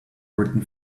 written